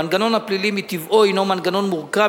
המנגנון הפלילי מטבעו הוא מנגנון מורכב